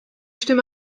stimme